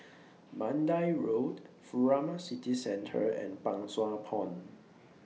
Mandai Road Furama City Centre and Pang Sua Pond